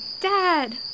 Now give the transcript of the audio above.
Dad